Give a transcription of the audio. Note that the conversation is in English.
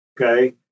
Okay